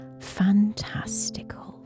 fantastical